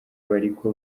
bariko